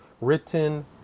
written